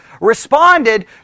responded